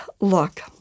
look